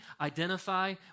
identify